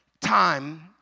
time